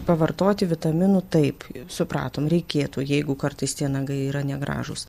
pavartoti vitaminų taip supratom reikėtų jeigu kartais tie nagai yra negražūs